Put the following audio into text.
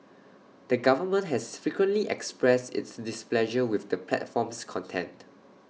the government has frequently expressed its displeasure with the platform's content